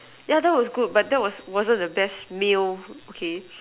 yeah that was good but that was wasn't the best meal okay